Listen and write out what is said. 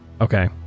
okay